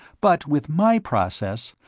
but with my process,